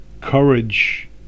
Courage